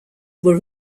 were